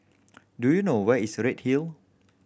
do you know where is Redhill